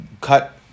cut